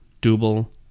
double